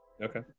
Okay